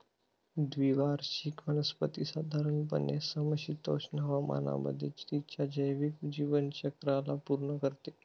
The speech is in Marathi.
द्विवार्षिक वनस्पती साधारणपणे समशीतोष्ण हवामानामध्ये तिच्या जैविक जीवनचक्राला पूर्ण करते